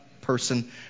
person